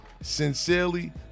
Sincerely